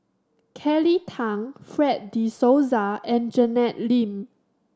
Kelly Tang Fred De Souza and Janet Lim